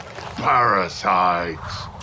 parasites